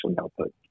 output